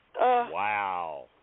Wow